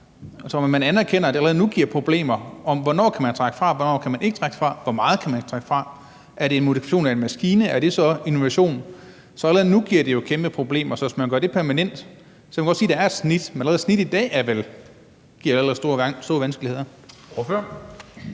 man anerkender, at det allerede nu giver problemer, i forhold til hvornår man kan trække fra, hvornår man ikke kan trække fra, hvor meget man kan trække fra og om modifikation af en maskine er innovation. Så allerede nu giver det jo kæmpe problemer, og hvis man gør det permanent, kan man godt sige, at der er et snit, men snittet giver allerede i dag store vanskeligheder.